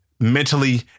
mentally